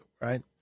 right